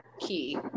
key